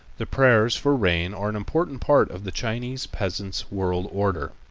the prayers for rain are an important part of the chinese peasant's world order.